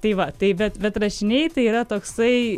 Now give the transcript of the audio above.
tai va tai bet bet rašiniai tai yra toksai